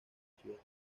ciudad